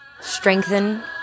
strengthen